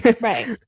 Right